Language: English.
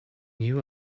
you